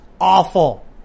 awful